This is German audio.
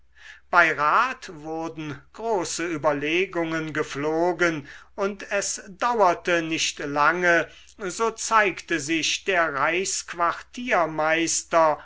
bei rat wurden große überlegungen gepflogen und es dauerte nicht lange so zeigte sich der